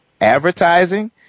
Advertising